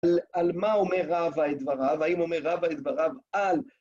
על מה אומר רבא את דבריו, האם אומר רבא את דבריו על...